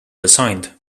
assigned